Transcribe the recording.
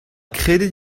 kredet